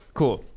cool